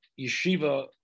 yeshiva